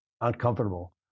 uncomfortable